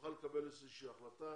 נוכל לקבל איזושהי החלטה